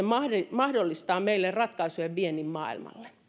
mahdollistaa meille ratkaisujen viennin maailmalle